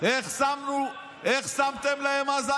איך שמתם להם אז,